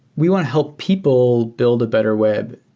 we want to help people build a better web,